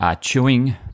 chewing